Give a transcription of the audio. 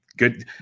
good